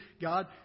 God